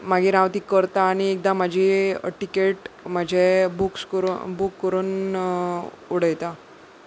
मागीर हांव ती करतां आनी एकदां म्हजी टिकेट म्हजे बुक्स करून बूक करून उडयता